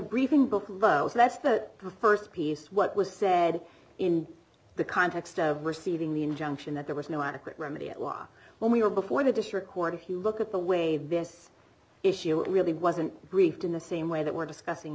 briefing book so that's the st piece what was said in the context of receiving the injunction that there was no adequate remedy at law when we were before the district court who look at the way this issue really wasn't briefed in the same way that we're discussing